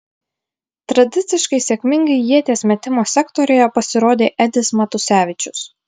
tradiciškai sėkmingai ieties metimo sektoriuje pasirodė edis matusevičius